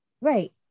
right